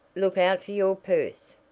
look out for your purse!